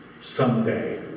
someday